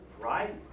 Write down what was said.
Right